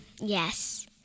Yes